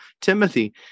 Timothy